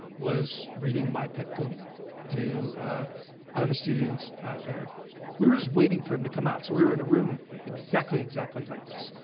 was reading my pet goat to the students there we were just waiting for him to come out. so we were in a room exactly, exactly like this.